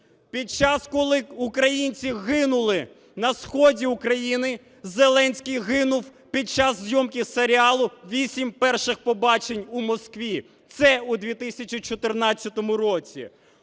Під час, коли українці гинули на сході України, Зеленський гинув під час зйомки серіалу " 8 перших побачень" у Москві. Це у 2014 році.